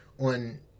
on